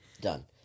done